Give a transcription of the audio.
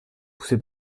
poussé